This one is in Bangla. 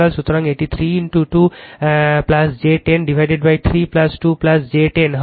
সুতরাং এটি 3 2 j 10 বিভক্ত3 2 j 10 হবে